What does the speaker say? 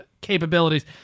capabilities